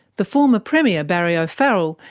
the former premier, barry o'farrell,